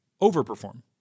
overperform